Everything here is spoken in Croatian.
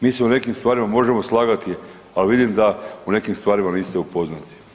Mi se u nekim stvarima možemo slagati, ali vidim da u nekim stvarima niste upoznati.